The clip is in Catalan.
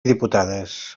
diputades